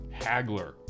Hagler